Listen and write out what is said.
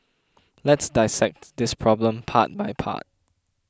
let's dissect this problem part by part